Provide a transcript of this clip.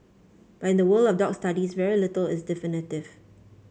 but in the world of dog studies very little is definitive